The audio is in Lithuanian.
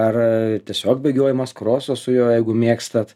ar tiesiog bėgiojimas kroso su juo jeigu mėgstat